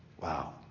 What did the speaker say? Wow